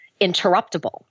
interruptible